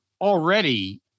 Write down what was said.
already